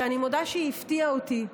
ואני מודה שהיא הפתיעה אותי.